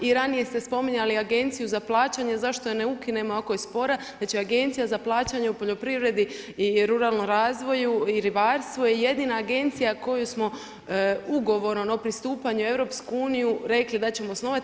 I ranije ste spominjali Agenciju za plaćanje zašto je ne ukinemo ako je spora, da će Agencija za plaćanje u poljoprivredi i ruralnom razvoju i ribarstvu je jedina agencija koju smo ugovorom o pristupanju EU rekli da ćemo osnovati.